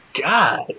god